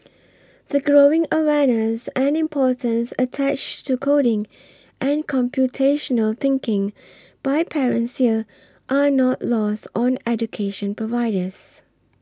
the growing awareness and importance attached to coding and computational thinking by parents here are not lost on education providers